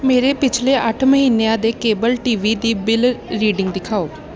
ਮੇਰੇ ਪਿਛਲੇ ਅੱਠ ਮਹੀਨਿਆਂ ਦੇ ਕੇਬਲ ਟੀਵੀ ਦੀ ਬਿਲ ਰੀਡਿੰਗ ਦਿਖਾਓ